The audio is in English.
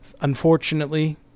Unfortunately